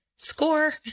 Score